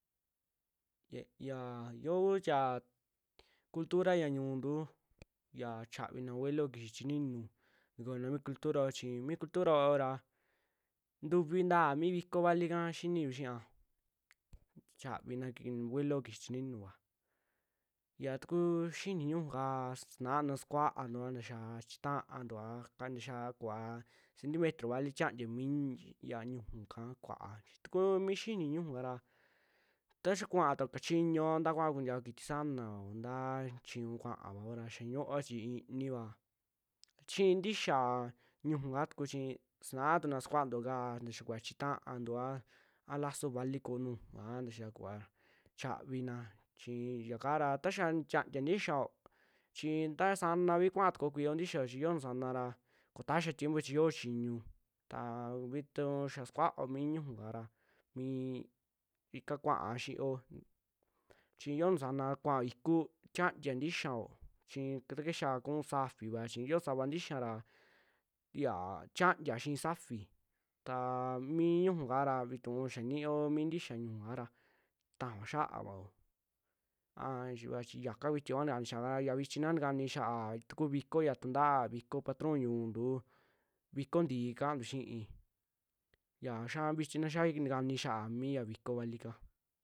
Ye ya yoo kuu ya cultura ya ñuuntu, xia chaavina buelo kixii chininu, takoona mi cultura yo'o chi, mi cultura yo'o ra ntuvi ntaa mi vikoo valika xiniyu xia, chiaavina buelo kixii chininu va, yaa takuu xinii ñiuju kaa sunaa sukuaantua nta xia chitaa ntuaka, ntaa xiaa kuvaa centimetro vali tiantia mii- ya ñiuju kaa kua'a, ta kuu mi xinii ñiuju kara ta xaa kuaatao kachiñuo a nta kuaao kuntiao kiti sanano ntaa chiñuu kuaavao xia ñiu'uo chi iniiva, xi'i ntixa ñiuju kaa tuku chi sinaa tuna sukuantua kaa ntaa xia kuva chita'antua a laso vali kuu nujua taa xia kuuva, chaavina chi ya kaara taaxa nitiantia ntixiao, chii ta sanavi kuaa tukuo kuio ntixiao chi yoo nuu sanara koo taxia tiempo chi yoo chiñu aa vituu xia sukuao mi ñiuju kara mi- i ika kuaa xio, chii yoo nusana kuao iku tiantia ntixiao chi ta kixaa kuu saafiava chi yo'o sava ntixia ra yaa tiantia xii saafi, taa mi ñiuju kara vituu xia niiyo mi ntixia ñiuju kara tajaoa xia'avao a xa vaa chi yaka kuitiva kua ntakani xiaa kara, yaa vichi naa ntakani xiaa ta ku'u vikoo ya tanta'a, viiko patroun ñiuuntu, viiko ntii kaantu xii, ya xaa vichi na xiaai ntakaani xaa mi ya viiko vali kaa.